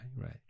right